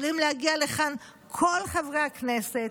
יכולים להגיע לכאן כל חברי הכנסת,